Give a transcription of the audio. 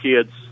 kids